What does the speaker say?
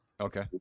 okay